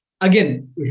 Again